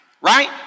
right